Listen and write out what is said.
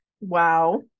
Wow